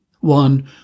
One